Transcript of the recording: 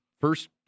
first